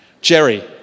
Jerry